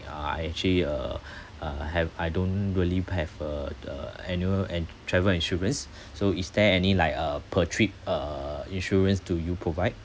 uh I actually uh uh have I don't really have uh the annual and travel insurance so is there any like uh per trip uh insurance do you provide